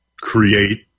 create